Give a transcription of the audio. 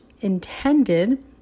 intended